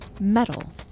metal